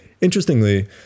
Interestingly